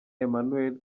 emmanuel